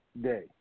day